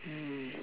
mm